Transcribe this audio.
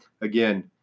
Again